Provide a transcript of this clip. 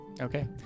okay